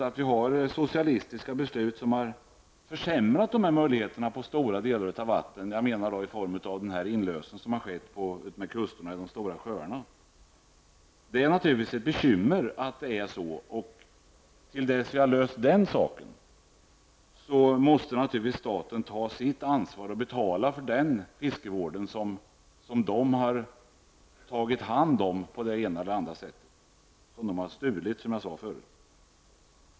Att socialistiska beslut har försämrat möjligheterna i stora delar av våra vatten -- jag avser den inlösen som skett utmed kusterna och i de stora sjöarna -- är naturligtvis ett bekymmer. Till dess vi har löst det problemet måste staten naturligtvis ta sitt ansvar och betala för den fiskevård som staten har tagit hand om på det ena eller andra sättet, som staten har stulit, som jag sade förut.